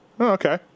Okay